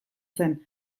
zen